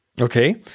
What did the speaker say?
Okay